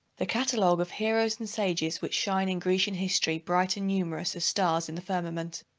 the catalogue of heroes and sages which shine in grecian history bright and numerous as stars in the firmament,